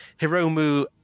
Hiromu